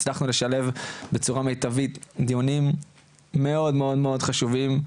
הצלחנו לשלב בצורה מיטבית דיונים מאוד מאוד חשובים,